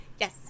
Yes